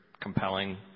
compelling